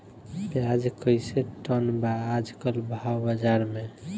प्याज कइसे टन बा आज कल भाव बाज़ार मे?